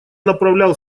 направлял